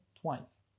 twice